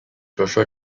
joshua